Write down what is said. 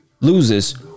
loses